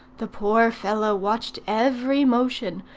the poor fellow watched every motion,